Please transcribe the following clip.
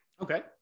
okay